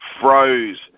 froze